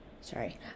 sorry